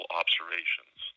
observations